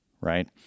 Right